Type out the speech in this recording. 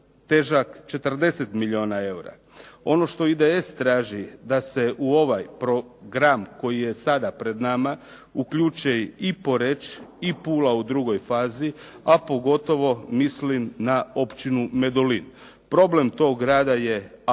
težak 40 milijuna eura. Ono što IDS traži da se u ovaj program koji je sada pred nama uključe i Poreč i Pula u drugoj fazi, a pogotovo mislim na Općinu Medulin. Problem tog rada je